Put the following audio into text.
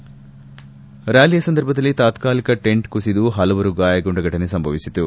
ರ್ನಾಲಿಯ ಸಂದರ್ಭದಲ್ಲಿ ತಾತಾಲಿಕ ಟೆಂಟ್ ಕುಸಿದು ಹಲವರು ಗಾಯಗೊಂಡ ಫಟನೆ ಸಂಭವಿಸಿತು